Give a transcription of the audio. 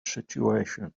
situation